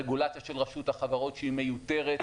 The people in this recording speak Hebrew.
רגולציה של רשות החברות שהיא מיותרת.